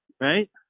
right